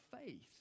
faith